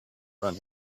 run